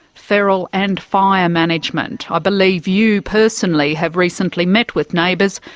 feral and fire management. i believe you personally have recently met with neighbours.